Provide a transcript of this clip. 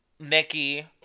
nikki